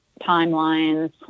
timelines